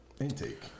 intake